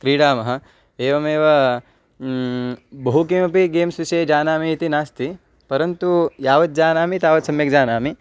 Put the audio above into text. क्रीडामः एवमेव बहु किमपि गेम्स् विषये जानामि इति नास्ति परन्तु यावत् जानामि तावत् सम्यक् जानामि